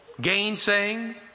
gainsaying